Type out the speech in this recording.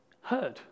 heard